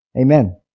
amen